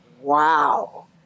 Wow